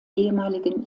ehemaligen